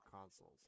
consoles